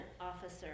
officer